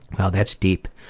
wow that's deep,